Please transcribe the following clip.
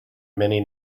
many